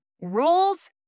rules